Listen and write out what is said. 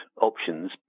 options